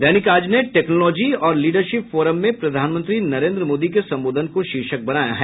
दैनिक आज ने टेक्नलॉजी और leadership forum में प्रधानमंत्री नरेन्द्र मोदी के संबोधन को शीर्षक बनाया है